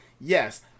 Yes